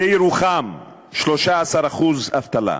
בירוחם, 13% אבטלה,